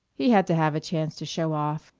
he had to have a chance to show off,